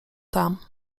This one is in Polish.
tam